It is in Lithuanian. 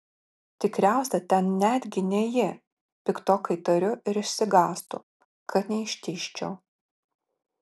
tikriausiai ten netgi ne ji piktokai tariu ir išsigąstu kad neištižčiau